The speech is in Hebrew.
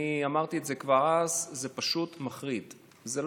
אני אמרתי את זה כבר אז: זה פשוט מחריד.